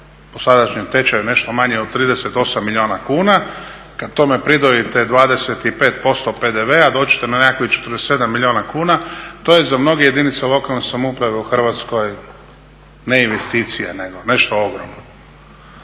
po sadašnjem tečaju nešto manje od 38 milijuna kuna, kada tome pridodate 25% PDV-a doći ćete na nekakvih 47 milijuna kuna. To je za mnoge jedinice lokalne samouprave u Hrvatskoj ne investicija nego nešto ogromno.